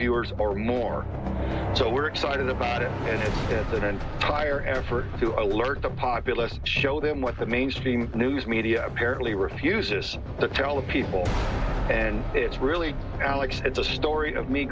viewers or more so we're excited about it and then tire effort to alert the populace show them what the mainstream news media apparently refuses to tell the people and it's really alex it's a story of me